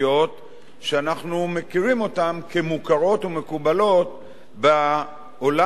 כמוכרות ומקובלות בעולם הזה ששמו העולם היהודי.